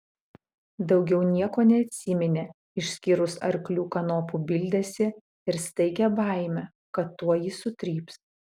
daugiau nieko neatsiminė išskyrus arklių kanopų bildesį ir staigią baimę kad tuoj jį sutryps